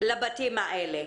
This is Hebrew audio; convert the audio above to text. לבתים האלה,